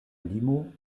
limo